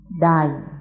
die